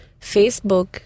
Facebook